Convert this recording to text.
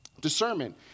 Discernment